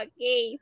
Okay